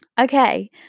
Okay